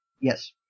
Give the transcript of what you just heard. Yes